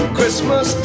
Christmas